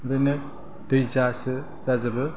बिदिनो दैजासो जाजोबो